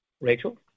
Rachel